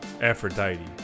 Aphrodite